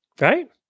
right